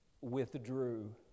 withdrew